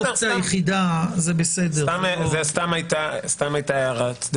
זו היתה סתם הערה צדדית.